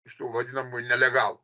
iš tų vadinamų nelegalų